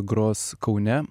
gros kaune